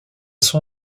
son